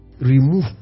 Remove